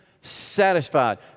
satisfied